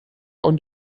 und